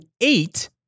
eight